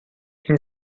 این